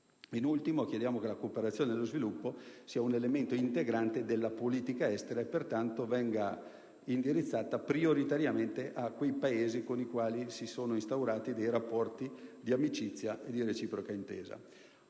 In ultimo, chiediamo che la cooperazione allo sviluppo sia un elemento integrante della politica estera e pertanto venga indirizzata prioritariamente a quei Paesi con i quali si sono instaurati rapporti di amicizia e reciproca intesa.